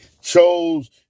chose